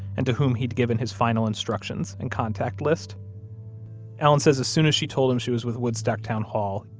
and to whom he'd given his final instructions and contact list allen says as soon as she told him she was with woodstock town hall,